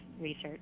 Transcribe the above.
research